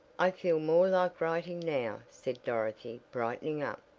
i feel more like writing now, said dorothy, brightening up,